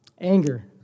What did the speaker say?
Anger